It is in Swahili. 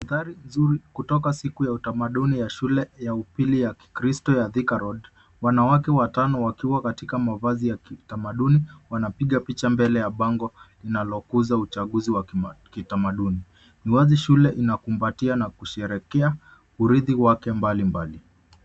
Mandhari nzuri kutoka siku ya utamaduni ya shule ya upili ya kikristo ya Thika Road, wanawake watano wakiwa katika mavazi ya kitamaduni wanapiga picha mbele ya bango linalokuza uchaguzi wa kitamaduni. Ni wazi shule inakumbatia na kusherehekea urithi wake mbalimbali.